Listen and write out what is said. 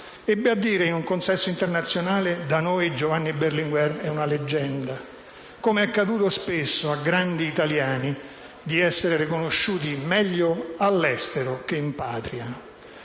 ebbe a dire in un consesso internazionale: «Da noi Giovanni Berlinguer è una leggenda». Come è accaduto spesso a grandi italiani, gli capitò di essere conosciuto meglio all'estero che in patria.